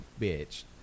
bitch